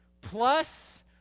plus